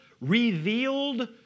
revealed